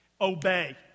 Obey